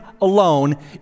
alone